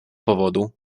powodu